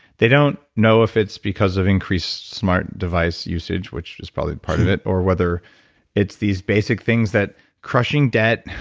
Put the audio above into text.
they don't know if it's because of increased smart device usage which was probably part of it, or whether it's these basic things that crushing debt,